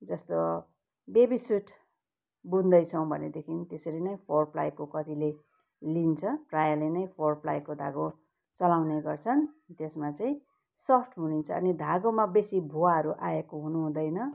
जस्तो baby suit बुन्दैछौँ भनेदेखि त्यसरी नै फोर प्लाईको कतिले लिन्छ प्रायःले ने फोर प्लाईको धागो चलाउने गर्छन् त्यसमा चाहिँ सफ्ट हुन्छ अनि धागोमा बेसी भुवाहरू आएको हुनु हुँदैन